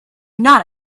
not